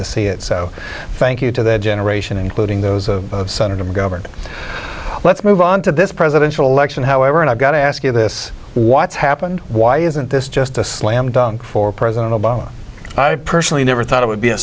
to see it so thank you to that generation including those of senator mcgovern let's move on to this presidential election however and i've got to ask you this what's happened why isn't this just a slam dunk for president obama i personally never thought it would be a